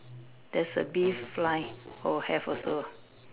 there's a bee fly oh have also